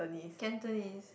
Cantonese